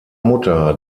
mutter